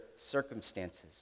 circumstances